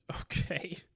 Okay